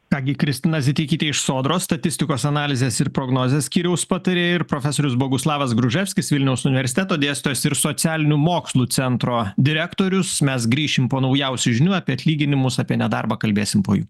ką gi kristina zitikytė iš sodros statistikos analizės ir prognozės skyriaus patarėja ir profesorius boguslavas gruževskis vilniaus universiteto dėstytojas ir socialinių mokslų centro direktorius mes grįšim po naujausių žinių apie atlyginimus apie nedarbą kalbėsimepo jų